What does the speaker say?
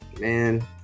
man